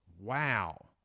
Wow